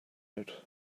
out